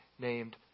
named